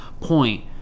point